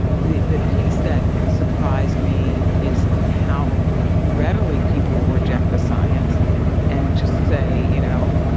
the the piece that surprised me is how readily people will reject the science and just say, you know,